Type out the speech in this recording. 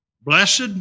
Blessed